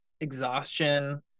exhaustion